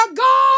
God